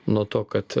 nuo to kad